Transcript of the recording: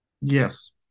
Yes